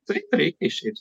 taip reikia išeit